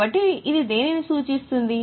కాబట్టి ఇది దేనిని సూచిస్తుంది